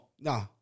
No